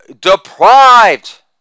deprived